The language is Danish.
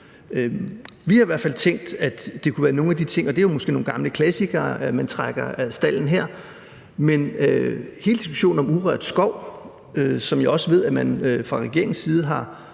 Vi har i hvert fald tænkt, at det kunne være nogle af de ting. Det er måske nogle gamle klassikere, man trækker af stalden her, men hele diskussionen om urørt skov, som jeg også ved at man fra regeringens side har